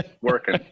working